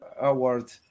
Award